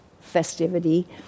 festivity